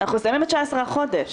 מדובר במוסדות להכשרת עובדי הוראה,